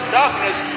darkness